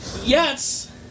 Yes